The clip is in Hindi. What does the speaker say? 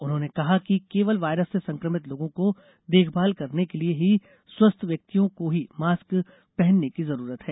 उन्होंने कहा है कि केवल वायरस से संक्रमित लोगों को देखभाल करने के लिए ही स्वस्थ व्यक्तियों को ही मास्क पहनने की जरूरत है